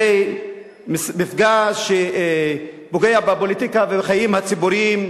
זה מפגע שפוגע בפוליטיקה ובחיים הציבוריים,